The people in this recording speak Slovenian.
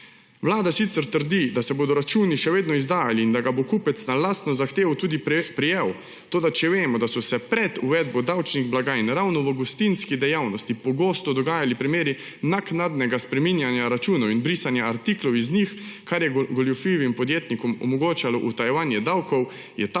Vlada sicer trdi, da se bodo računi še vedno izdajali in da ga bo kupec na lastno zahtevo tudi prejel, toda če vemo, da so se pred uvedbo davčnih blagajn ravno v gostinski dejavnosti pogosto dogajali primeri naknadnega spreminjanja računov in brisanja artiklov z njih, kar je goljufivim podjetnikom omogočalo utajevanje davkov, je ta